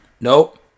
Nope